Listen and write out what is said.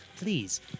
please